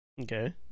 Okay